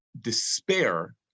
despair